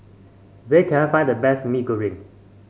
where can I find the best Mee Goreng